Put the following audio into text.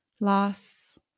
loss